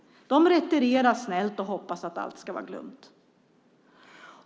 De retirerar snällt och hoppas att allt ska vara glömt.